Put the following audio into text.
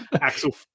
Axel